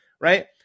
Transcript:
right